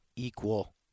equal